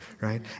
right